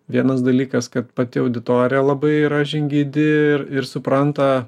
vienas dalykas kad pati auditorija labai yra žingeidi ir ir supranta